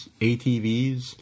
ATVs